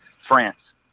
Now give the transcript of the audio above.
France